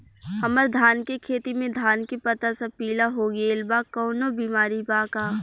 हमर धान के खेती में धान के पता सब पीला हो गेल बा कवनों बिमारी बा का?